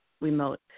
remote